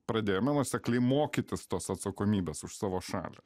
pradėjome nuosekliai mokytis tos atsakomybės už savo šalį